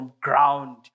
ground